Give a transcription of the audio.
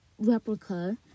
Replica